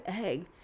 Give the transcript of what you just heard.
egg